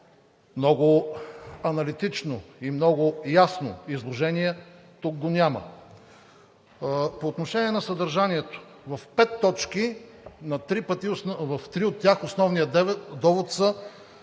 много аналитично и много ясно изложение, тук го няма. По отношение на съдържанието, в пет точки – в три от тях основният довод, са